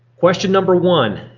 question number one.